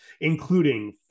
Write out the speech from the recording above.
including